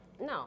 no